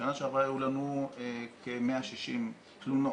בשנה שעברה היו לנו כ-160 תלונות,